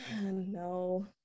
No